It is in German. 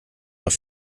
noch